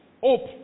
Hope